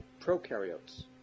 prokaryotes